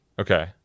Okay